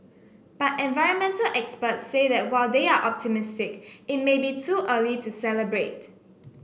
but environmental experts say that while they are optimistic it may be too early to celebrate